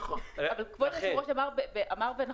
אבל כבוד היושב-ראש אמר נכון,